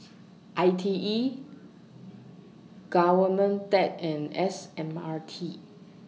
I T E Government Tech and S M R T